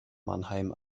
mannheim